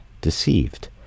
deceived